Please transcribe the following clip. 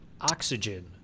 oxygen